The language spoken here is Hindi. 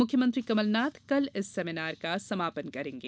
मुख्यमंत्री कमलनाथ कल इस सेमीनार का समापन करेंगे